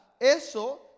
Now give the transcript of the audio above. eso